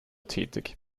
tätig